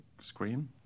screen